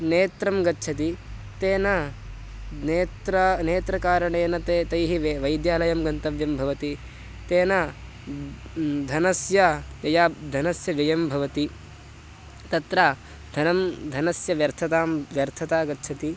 नेत्रं गच्छति तेन नेत्रं नेत्रकारणेन ते तैः वे वैद्यालयं गन्तव्यं भवति तेन धनस्य व्यया धनस्य व्ययं भवति तत्र धनं धनस्य व्यर्थता व्यर्थता गच्छति